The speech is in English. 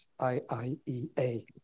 IIEA